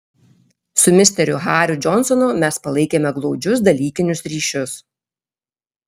su misteriu hariu džonsonu mes palaikėme glaudžius dalykinius ryšius